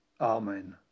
Amen